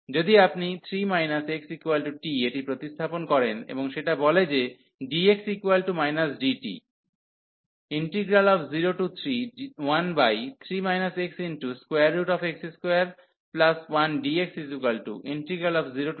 যদি আপনি 3 xt এটি প্রতিস্থাপন করেন এবং সেটা বলে যে dx dt